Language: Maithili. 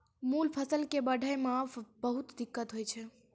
मूल फसल कॅ बढ़ै मॅ बहुत दिक्कत होय छै